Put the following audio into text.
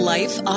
Life